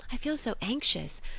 i feel so anxious.